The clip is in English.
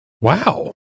Wow